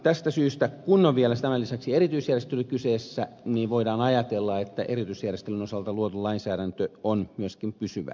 tästä syystä kun on vielä tämän lisäksi erityisjärjestely kyseessä voidaan ajatella että erityisjärjestelyn osalta luotu lainsäädäntö on myöskin pysyvää